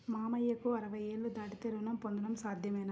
మామయ్యకు అరవై ఏళ్లు దాటితే రుణం పొందడం సాధ్యమేనా?